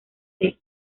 del